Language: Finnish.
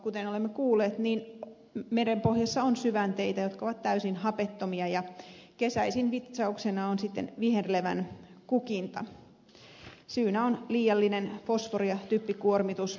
kuten olemme kuulleet merenpohjassa on syvänteitä jotka ovat täysin hapettomia ja kesäisin vitsauksena on sitten viherlevän kukinta syynä on liiallinen fosfori ja typpikuormitus